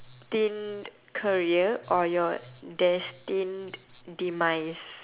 ~tined career or your destined demise